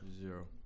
Zero